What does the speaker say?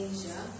Asia